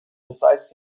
decides